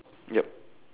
yup